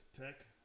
Tech